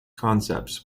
concepts